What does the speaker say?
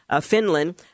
finland